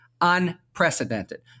unprecedented